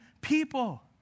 people